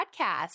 podcast